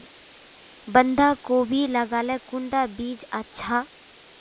बंधाकोबी लगाले कुंडा बीज अच्छा?